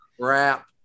crap